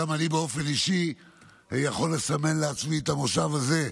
גם אני באופן אישי יכול לסמן לעצמי את המושב הזה,